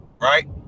Right